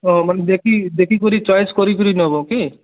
ହଁ ମାନେ ଦେଖି ଦେଖି କରି ଚଏସ୍ କରି କରି ନବ କି